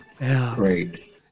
Great